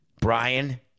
Brian